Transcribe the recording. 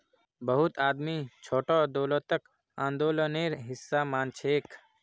बहुत आदमी छोटो दौलतक आंदोलनेर हिसा मानछेक